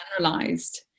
generalized